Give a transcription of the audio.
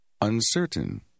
Uncertain